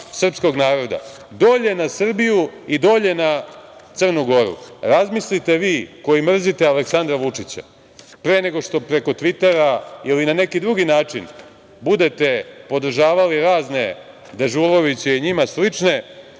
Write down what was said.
srpskog naroda, dolje na Srbiju i dolje na Crnu Goru. Razmislite vi koji mrzite Aleksandra Vučića pre nego što preko Tvitera ili na neki drugi način budete podržavali razne Dežuloviće i njima slične